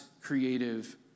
creative